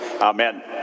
Amen